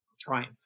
triumph